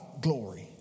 glory